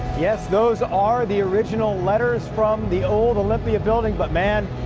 yes, those are the original letters from the old olympia building. but, man,